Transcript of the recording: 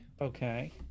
Okay